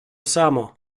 samo